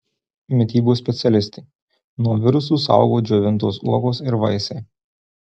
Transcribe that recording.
mitybos specialistė nuo virusų saugo džiovintos uogos ir vaisiai